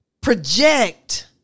project